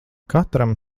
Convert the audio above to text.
katram